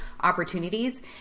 opportunities